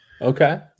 Okay